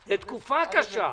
זאת תקופה קשה.